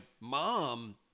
mom